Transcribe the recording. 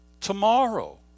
tomorrow